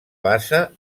bassa